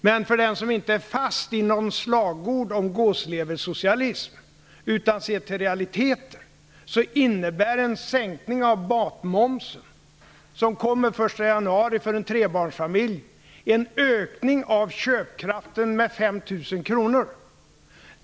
Men för den som inte är fast i slagord om gåsleversocialism, utan ser till realiteter, innebär en sänkning av matmomsen, som kommer den 1 januari, för en trebarnsfamilj en ökning av köpkraften med 5 000 kr.